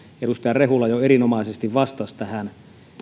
edustaja rehula jo erinomaisesti vastasivat tähän